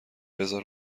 بزار